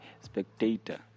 spectator